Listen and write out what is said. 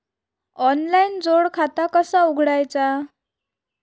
Online जोड खाता कसा उघडायचा?